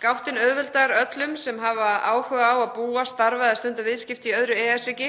Gáttin auðveldar öllum sem hafa áhuga á að búa, starfa eða stunda viðskipti í öðru EES-ríki